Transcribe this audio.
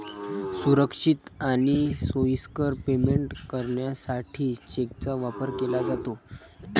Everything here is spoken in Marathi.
सुरक्षित आणि सोयीस्कर पेमेंट करण्यासाठी चेकचा वापर केला जातो